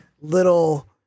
little